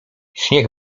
śnieg